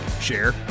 share